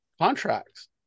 contracts